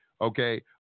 Okay